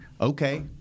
okay